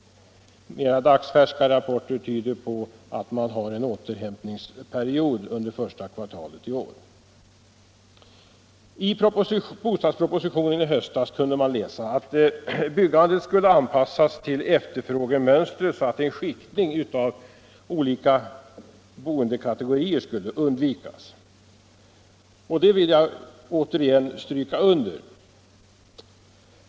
Mer dagsfärska rapporter tyder på en andhämtningsperiod under första kvartalet i år. I bostadspropositionen i höstas kunde man läsa att byggandet skulle anpassas till efterfrågemönstret så att en skiktning av olika boendekategorier skulle undvikas. Det vill jag återigen stryka under.